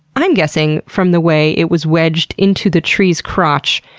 i'm guessing from the way it was wedged into the tree's crotch,